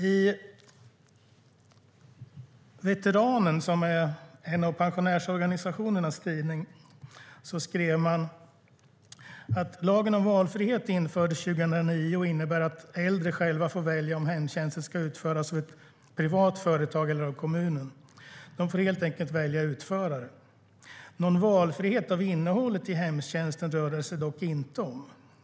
I Veteranen, som är en av pensionärsorganisationernas tidning, skriver man: "Lagen om valfrihet infördes 2009 och innebär att äldre själva får välja om hemtjänsten ska utföras av ett privat företag eller av kommunen. De får helt enkelt välja utförare - Någon valfrihet av innehållet i hemtjänsten rör det sig dock inte om.